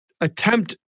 attempt